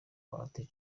bahati